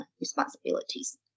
responsibilities